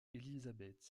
elizabeth